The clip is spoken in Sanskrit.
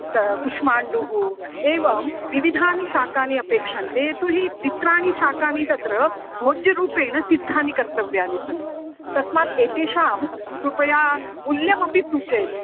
तत्र कुष्माण्डः एवं विविधानि शाकानि अपेक्ष्यन्ते यतो हि द्वित्राणि शाकानि तत्र भोज्यरूपेण सिद्धानि कर्तव्यानि सन्ति तस्मात् एतेषां कृपया मूल्यमपि सूचयतु